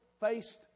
faced